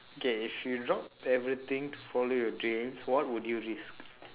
okay if you drop everything to follow your dreams what would you risk